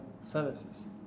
services